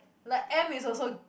like M is also